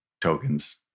tokens